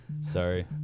Sorry